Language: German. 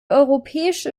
europäische